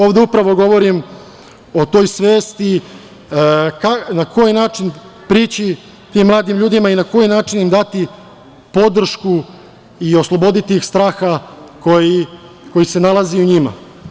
Ovde upravo govorim o toj svesti na koji način prići tim mladim ljudima i na koji način im dati podršku i osloboditi ih straha koji se nalazi u njima.